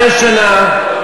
65 שנה,